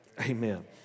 Amen